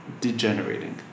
degenerating